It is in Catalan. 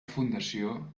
fundació